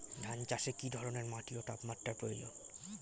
ধান চাষে কী ধরনের মাটি ও তাপমাত্রার প্রয়োজন?